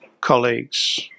colleagues –